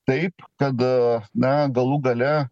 taip kad na galų gale